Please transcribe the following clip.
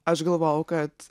aš galvojau kad